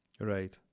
Right